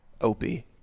Opie